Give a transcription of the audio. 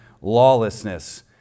lawlessness